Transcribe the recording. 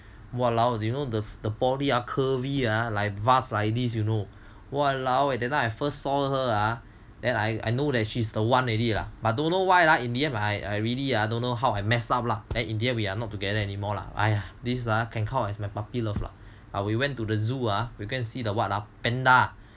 !walao! you know the the body are curvy ah like vase like this you know !walaoeh! then I first saw her ah then I I know that she's the one already lah but don't know why ah in the end I I really I don't know how I mess up lah then in the end we are not together anymore lah !aiya! can count as my puppy love lah err we went to the zoo ah we can see the panda